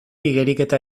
igeriketa